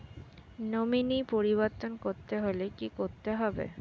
Nominee পরিবর্তন করতে হলে কী করতে হবে?